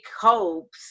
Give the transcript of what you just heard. hopes